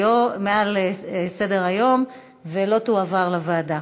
מסדר-היום ולא תועבר לוועדה.